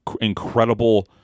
incredible